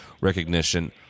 recognition